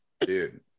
dude